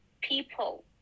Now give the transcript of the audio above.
people